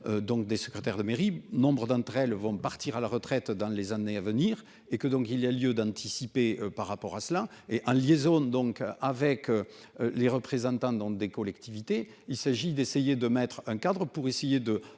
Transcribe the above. des secrétaires de mairie nombres d'entre elles vont partir à la retraite dans les années à venir et que donc il y a lieu d'anticiper par rapport à cela et en liaison donc avec. Les représentants dans des collectivités, il s'agit d'essayer de mettre un cadre pour essayer de